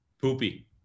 Poopy